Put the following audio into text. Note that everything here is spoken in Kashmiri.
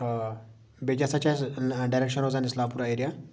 آ بیٚیہِ کیٛاہ سا چھِ اَسہِ ڈیریکشَن روزان نسلاپورہ ایریا